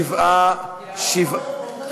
שבעה בעד.